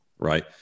Right